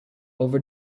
over